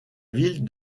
ville